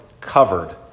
covered